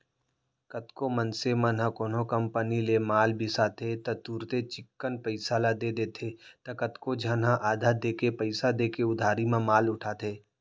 कतको मनसे मन ह कोनो कंपनी ले माल बिसाथे त तुरते चिक्कन पइसा ल दे देथे त कतको झन ह आधा देके पइसा देके उधारी म माल उठाथे